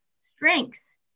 strengths